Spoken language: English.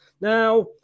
Now